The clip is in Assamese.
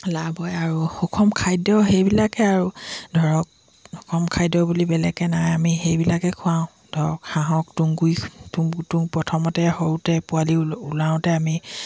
লাভ হয় আৰু সুখম খাদ্য সেইবিলাকে আৰু ধৰক খাদ্য বুলি বেলেগে নাই আমি সেইবিলাকে খুৱাওঁ ধৰক হাঁহক টুংগুই তুঁহ প্ৰথমতে সৰুতে পোৱালি ওলাওঁতে আমি